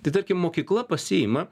tai tarkim mokykla pasiima